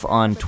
on